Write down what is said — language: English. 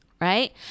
right